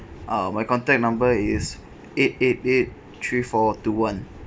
uh my contact number is eight eight eight three four two one